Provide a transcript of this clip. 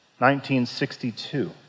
1962